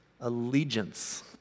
allegiance